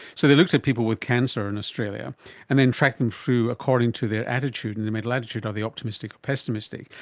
so they looked at people with cancer in australia and then tracked them through according to their attitude, and their mental attitude, are they optimistic or pessimistic,